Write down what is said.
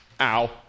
ow